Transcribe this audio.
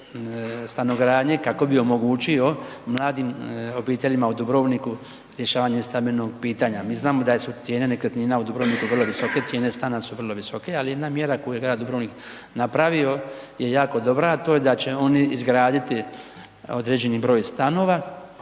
stanogradnje, kako bi omogućio mladim obiteljima u Dubrovniku rješavanje stambenih pitanja. Mi znamo da su cijene nekretnina u Dubrovniku vrlo visoke cijene stana su vrlo visoke, ali jedna mjera koju grad Dubrovnik, napravio je jako dobra, a to je da će oni izgraditi određeni broj stanova